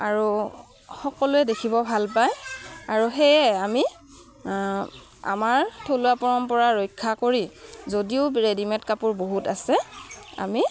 আৰু সকলোৱে দেখিব ভাল পায় আৰু সেয়ে আমি আমাৰ থলুৱা পৰম্পৰা ৰক্ষা কৰি যদিও ৰেডিমেড কাপোৰ বহুত আছে আমি